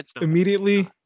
immediately